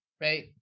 Right